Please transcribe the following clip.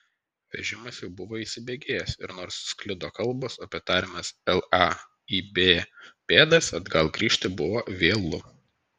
vežimas jau buvo įsibėgėjęs ir nors sklido kalbos apie tariamas laib bėdas atgal grįžti buvo vėlu